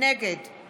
נגד